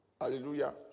Hallelujah